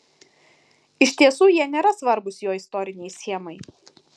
iš tiesų jie nėra svarbūs jo istorinei schemai